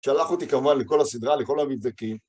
שלח אותי כמובן לכל הסדרה, לכל המבדקים.